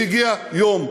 והגיע יום,